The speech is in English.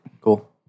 Cool